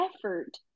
effort